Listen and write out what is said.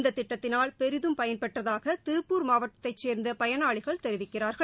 இந்த திட்டத்தினால் பெரிதும் பயன் பெற்றதாக திருப்பூர் மாவட்டத்தை சேர்ந்த பயனாளிகள் தெரிவிக்கிறார்கள்